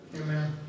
Amen